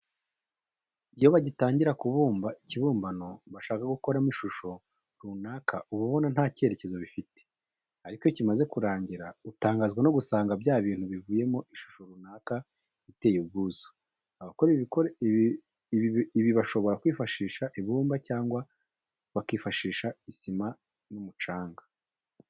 Iyo bagitangira kubumba ikibumbano bashaka gukoramo ishusho runaka uba ubona nta kerekezo bifite, ariko iyo kimaze kurangira utangazwa no gusanga bya bintu bivuyemo ishusho runaka iteye ubwuzu. Abakora ibi bashobora kwifashisha ibumba cyangwa bakifashisha isima n'umucanga.